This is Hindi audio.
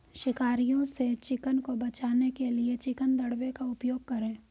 शिकारियों से चिकन को बचाने के लिए चिकन दड़बे का उपयोग करें